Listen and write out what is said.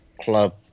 club